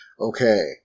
Okay